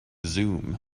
zoom